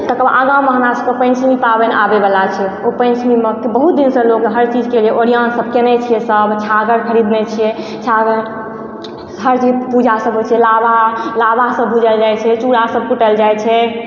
तकर बाद आगाँ मे हमरा सबके पॅंचमी पाबनि आबै वला छै ओ पॅंचमी मे बहुत दिन सॅं लोक हर चीज के लिए ओरिआन सब केने छियै सब छागर ख़रीदने छियै छागर हर दिन पूजा सब होइ छै लाबा लाबा सब भूजल जाइ छै चूरा सब कूटल जाइ छै